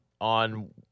on